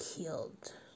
killed